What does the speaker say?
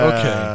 Okay